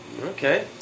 Okay